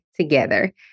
together